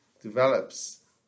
develops